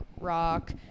rock